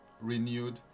renewed